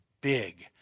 big